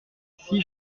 six